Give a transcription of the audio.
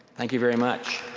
thank you very much.